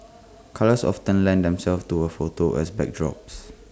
colours often lend themselves to her photos as backdrops